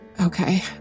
Okay